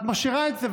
את משאירה את זה,